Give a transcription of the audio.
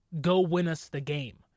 go-win-us-the-game